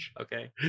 okay